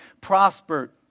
prospered